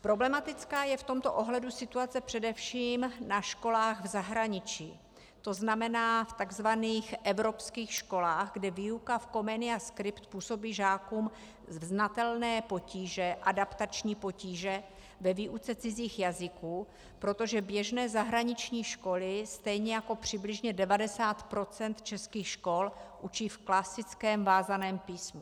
Problematická je v tomto ohledu situace především na školách v zahraničí, to znamená v tzv. evropských školách, kde výuka v Comenia Script působí žákům znatelné potíže, adaptační potíže ve výuce cizích jazyků, protože běžné zahraniční školy stejně jako přibližně 90 % českých škol učí v klasickém vázaném písmu.